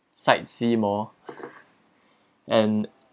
sightsee more and